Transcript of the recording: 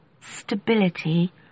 stability